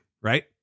right